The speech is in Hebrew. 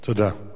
תודה.